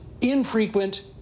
infrequent